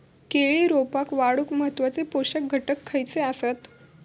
केळी रोपा वाढूक महत्वाचे पोषक घटक खयचे आसत?